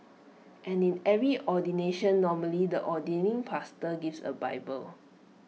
and in every ordination normally the ordaining pastor gives A bible